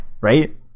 right